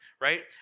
right